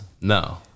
No